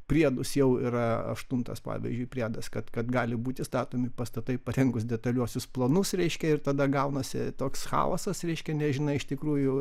priedus jau yra aštuntas pavyzdžiui priedas kad kad gali būti statomi pastatai parengus detaliuosius planus reiškia ir tada gaunasi toks chaosas reiškia nežinai iš tikrųjų